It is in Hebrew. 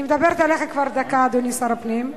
אני מדברת אליך כבר דקה, אדוני שר הפנים,